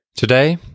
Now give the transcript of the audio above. Today